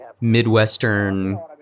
midwestern